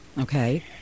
okay